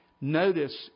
notice